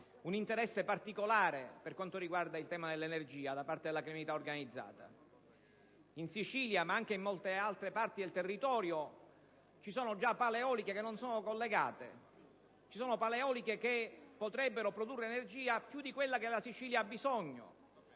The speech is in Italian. un interesse particolare per quanto riguarda il tema dell'energia da parte della criminalità organizzata. In Sicilia, ma anche in molte altre parti del territorio, ci sono già pale eoliche che non sono collegate; ci sono pale eoliche che potrebbero produrre più energia di quella di cui la Sicilia ha bisogno: